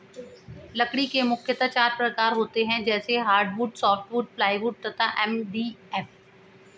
लकड़ी के मुख्यतः चार प्रकार होते हैं जैसे हार्डवुड, सॉफ्टवुड, प्लाईवुड तथा एम.डी.एफ